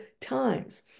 times